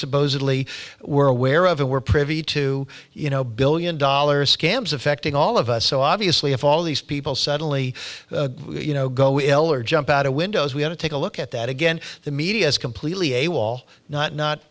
supposedly were aware of it were privy to you know billion dollars scams affecting all of us so obviously if all these people suddenly you know go ill or jump out of windows we have to take a look at that again the media's completely